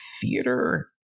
theater